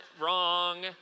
Wrong